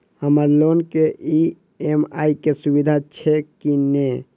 हम्मर लोन केँ ई.एम.आई केँ सुविधा छैय की नै?